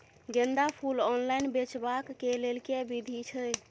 गेंदा फूल ऑनलाइन बेचबाक केँ लेल केँ विधि छैय?